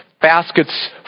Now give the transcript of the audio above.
baskets